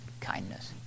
kindness